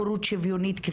שוויונית.